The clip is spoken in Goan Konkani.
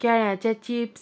केळ्याचे चिप्स